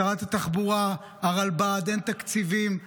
שרת התחבורה, הרלב"ד, אין תקציבים.